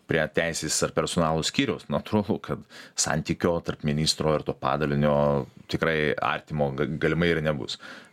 prie teisės ar personalo skyriaus natūralu kad santykio tarp ministro ir to padalinio tikrai artimo ga galimai ir nebus